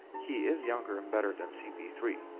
he is younger and better than c p three.